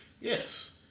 yes